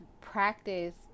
practice